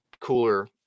cooler